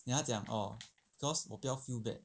then 她讲 orh cause 我不要 feel bad